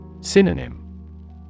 Synonym